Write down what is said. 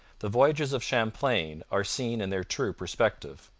the voyages of champlain are seen in their true perspective.